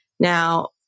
Now